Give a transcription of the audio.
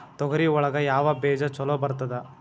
ತೊಗರಿ ಒಳಗ ಯಾವ ಬೇಜ ಛಲೋ ಬರ್ತದ?